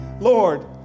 Lord